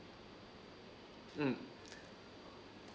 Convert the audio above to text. mm